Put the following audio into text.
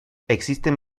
existen